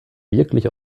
wirklich